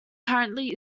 currently